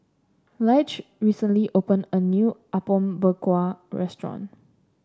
Lige recently opened a new Apom Berkuah restaurant